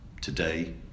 today